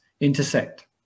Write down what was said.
intersect